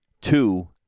two